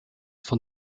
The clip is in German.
von